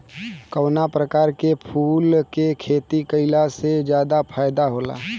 कवना प्रकार के फूल के खेती कइला से ज्यादा फायदा होला?